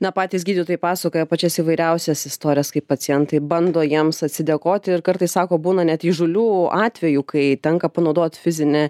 na patys gydytojai pasakoja pačias įvairiausias istorijas kaip pacientai bando jiems atsidėkoti ir kartais sako būna net įžūlių atvejų kai tenka panaudot fizinę